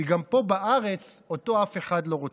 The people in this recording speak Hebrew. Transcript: כי גם פה בארץ אותו אף אחד לא רוצה.